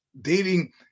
dating